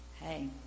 hey